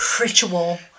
ritual